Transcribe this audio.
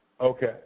Okay